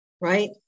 right